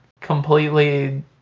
completely